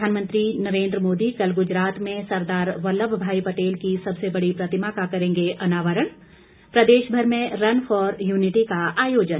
प्रधानमंत्री नरेंद्र मोदी कल गुजरात में सरदार वल्लभ भाई पटेल की सबसे बड़ी प्रतिमा का करेंगे अनावरण प्रदेश भर में रन फॉर यूनिटी का आयोजन